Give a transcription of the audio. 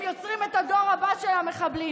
הם יוצרים את הדור הבא של המחבלים,